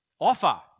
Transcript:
offer